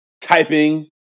typing